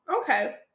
Okay